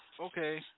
okay